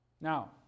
Now